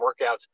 workouts